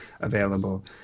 available